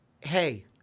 Hey